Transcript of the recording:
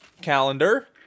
calendar